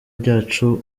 byacu